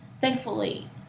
Thankfully